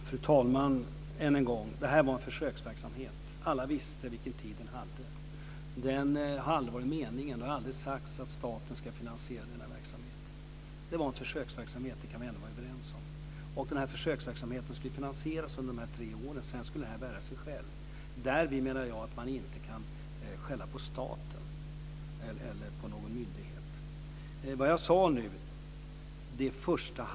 Fru talman! Än en gång: Det här var en försöksverksamhet. Alla visste vilken tid som gällde för den. Det har aldrig varit meningen och jag har inte sagt att staten ska finansiera denna verksamhet. Vi kan vara överens om att det var en försöksverksamhet. Den här försöksverksamheten skulle finansieras under de tre åren, och sedan skulle IUC:na bära sig själva. Jag menar därför att man inte kan skälla på staten eller på någon myndighet i detta sammanhang.